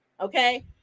Okay